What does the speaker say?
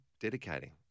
dedicating